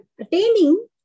attaining